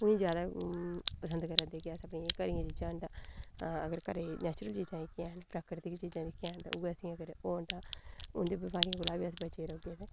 उ'नें गी जैदा पसंद करै दे न कि अस अपनी घरै दी चीजां न तां अगर घरै दियां नैचुरल चीजां जेह्कियां हैन प्राकृतिक चीजां जेह्कियां हैन तां उ'ऐ असें ई अगर होन तां उं'दे बपारियें कोला अस बचे दे रौहगे